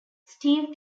steve